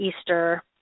Easter